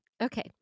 Okay